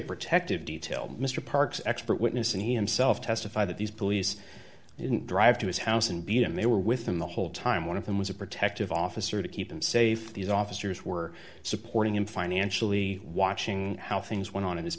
protective detail mr parks expert witness and he himself testified that these police didn't drive to his house and beat him they were with him the whole time one of them was a protective officer to keep him safe these officers were support in financially watching how things went on at his